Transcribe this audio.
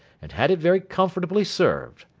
and had it very comfortably served.